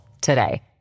today